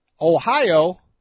Ohio